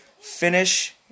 finish